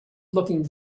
looking